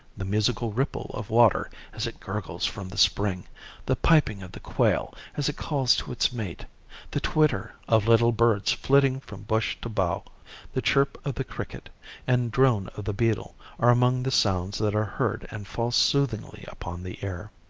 the musical ripple of water as it gurgles from the spring the piping of the quail as it calls to its mate the twitter of little birds flitting from bush to bough the chirp of the cricket and drone of the beetle are among the sounds that are heard and fall soothingly upon the ear.